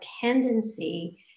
tendency